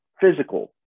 physical